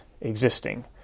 existing